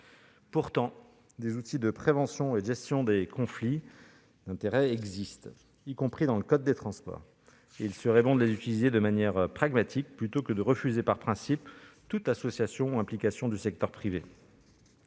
Pourtant, des outils de prévention et de gestion des conflits d'intérêts existent, y compris dans le code des transports. Il serait bon de les utiliser de manière pragmatique, plutôt que de refuser par principe toute association ou implication du secteur privé.